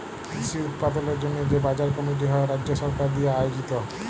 কৃষি উৎপাদলের জন্হে যে বাজার কমিটি হ্যয় রাজ্য সরকার দিয়া আয়জিত